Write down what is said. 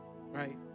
right